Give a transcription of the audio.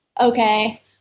okay